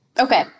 okay